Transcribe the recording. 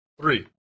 three